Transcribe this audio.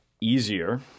easier